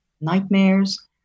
nightmares